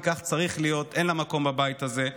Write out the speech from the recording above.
כי כך צריך להיות, אין לה מקום בבית הזה.